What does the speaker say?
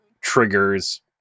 triggers